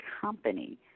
company